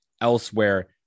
elsewhere